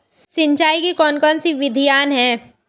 सिंचाई की कौन कौन सी विधियां हैं?